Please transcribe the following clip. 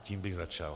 Tím bych začal.